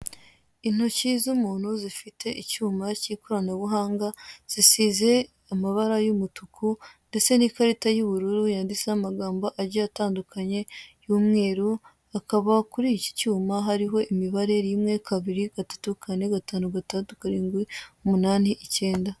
Intoki z'umuntu zifite icyuma k'ikoranabuhanga, zisize amabara y'umutuku, ndetse n'ikarita y'ubururu yanditseho amagambo agiye atandukanye y'umweru, akaba kuri iki cyuma harimo imibare: rimwe, kabiri, gatatu, kane, gatanu, gatandatu, karindwi, umunani, ikenda.